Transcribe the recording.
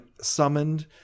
summoned